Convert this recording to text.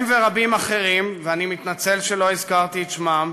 הם ורבים אחרים, ואני מתנצל שלא הזכרתי את שמם,